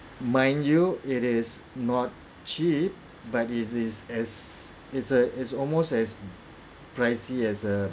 mind you it is not cheap but it is as it's a it's almost as pricey as a